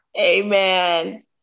Amen